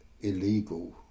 illegal